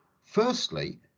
firstly